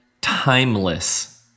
timeless